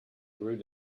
brewed